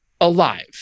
Alive